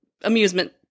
amusement